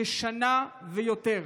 לכשנה ויותר.